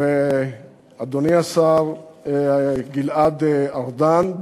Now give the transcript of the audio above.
ואדוני השר גלעד ארדן,